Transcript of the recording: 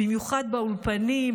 במיוחד באולפנים,